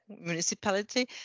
municipality